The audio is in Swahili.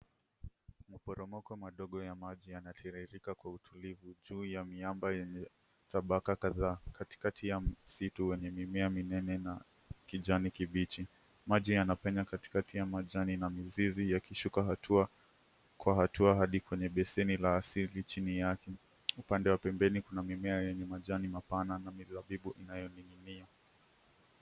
Maporomoko madogo ya maji yanatiririka kwa utulivu juu ya miamba yenye tabaka kadhaa. Katikati ya msitu wenye mimea minene na kijani kibichi. Maji yanapenya katikati ya majani na mizizi yakishuka hatua kwa hatua hadi kwenye beseni la asili chini yake. Upande wa pembeni kuna mimea yenye majani mapana na mazabibu inayoning'inia.